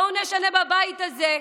בואו נשנה בבית הזה,